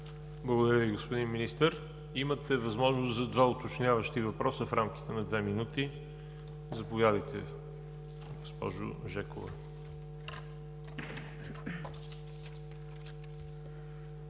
Благодаря Ви, господин Министър. Имате възможност за два уточняващи въпроса в рамките на две минути. Заповядайте, госпожо Жекова.